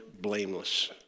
blameless